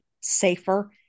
safer